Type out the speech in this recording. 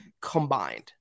combined